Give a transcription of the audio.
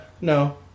No